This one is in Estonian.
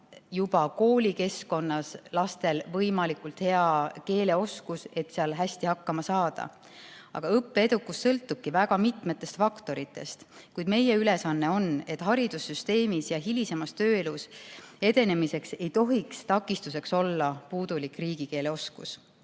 juba koolikeskkonnas lastele võimalikult hea keeleoskus, et seal hästi hakkama saada. Aga õppeedukus sõltubki väga mitmetest faktoritest, kuid meie ülesanne on, et haridussüsteemis ja hilisemas tööelus ei tohiks edenemisel takistuseks olla puudulik riigikeeleoskus.